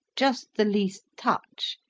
just the least touch,